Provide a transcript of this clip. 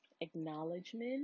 acknowledgement